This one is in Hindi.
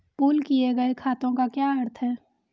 पूल किए गए खातों का क्या अर्थ है?